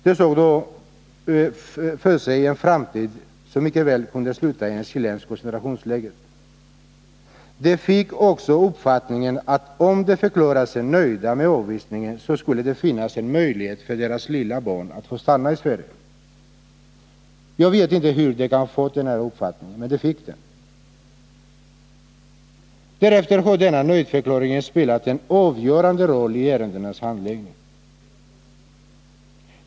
De såg då för sig en framtid som mycket väl kunde sluta i ett chilenskt koncentrationsläger. De fick också uppfattningen, att om de förklarade sig nöjda med avvisningen, skulle det finnas en möjlighet för deras lilla barn att få stanna i Sverige. Jag vet inte hur de kan ha fått denna uppfattning, men de fick den. Därefter har denna nöjdförklaring spelat en avgörande roll i ärendets handläggning.